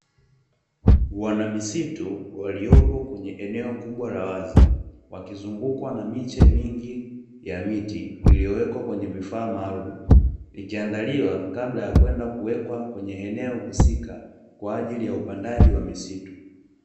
Wanamisitu waliopo kwenye eneo kubwa la wazi, wakizungukwa na miche mingi ya miti iliyowekwa kwenye vifaa maalumu, ikiandaliwa kabla ya kwenda kuwekwa kwenye eneo husika kwa ajili ya upandaji wa misitu.